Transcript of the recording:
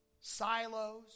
silos